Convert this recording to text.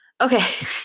Okay